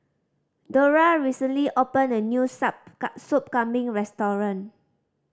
Dorla recently opened a new sup Soup Kambing restaurant